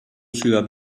ciudad